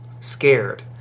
scared